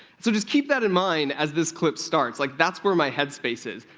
so just keep that in mind as this clip starts. like, that's where my headspace is.